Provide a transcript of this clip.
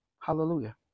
Hallelujah